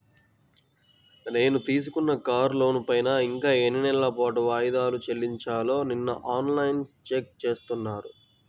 నేను తీసుకున్న కారు లోనుపైన ఇంకా ఎన్ని నెలల పాటు వాయిదాలు చెల్లించాలో నిన్నఆన్ లైన్లో చెక్ చేసుకున్నాను